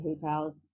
hotels